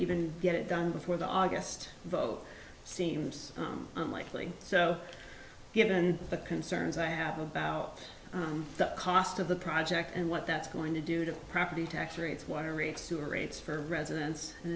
even get it done before the august vote seems unlikely so given the concerns i have about the cost of the project and what that's going to do to property tax rates water rates sewer rates for residents